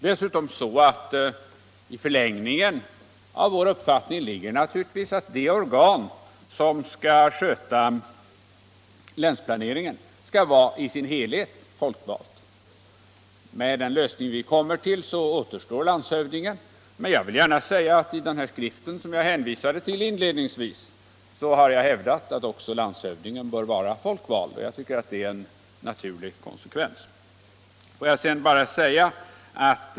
I förlängningen av vår uppfattning ligger naturligtvis att de organ som skall sköta länsplaneringen skall vara i sin helhet folkvalda. Med den lösning vi kommer till återstår landshövdingen. I den skrift jag hänvisade till inledningsvis har jag hävdat att också landshövdingen bör vara folkvald. Jag tycker det är en naturlig konsekvens.